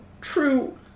true